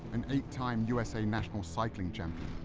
an eight time usa national cycling champion,